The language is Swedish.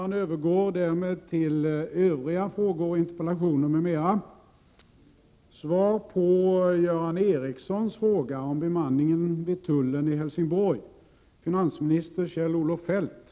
Det är från många olika synpunkter ytterst otillfredsställande, inte minst mot bakgrund av risken för att narkotika och personer med avsikt att begå brott helt okontrollerat kunnat komma in i landet.